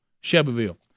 Shelbyville